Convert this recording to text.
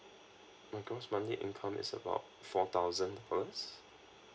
my gross monthly income is about four thousand pounds